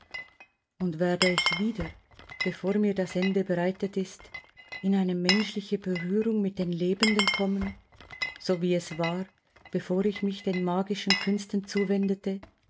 und werde ich wieder bevor mir das ende bereitet ist in eine menschliche berührung mit den lebenden kommen so wie es war bevor ich mich den magischen künsten zuwendete